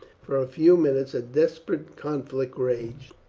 for a few minutes a desperate conflict raged,